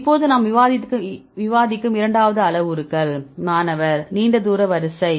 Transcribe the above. இப்போது நாம் விவாதிக்கும் இரண்டாவது அளவுருக்கள் மாணவர் நீண்ட தூர வரிசை